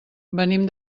venim